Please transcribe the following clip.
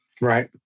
Right